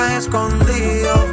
escondido